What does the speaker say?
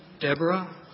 Deborah